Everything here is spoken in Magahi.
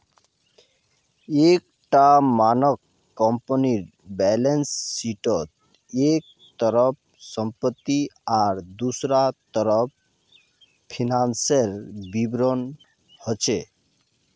एक टा मानक कम्पनीर बैलेंस शीटोत एक तरफ सम्पति आर दुसरा तरफ फिनानासेर विवरण होचे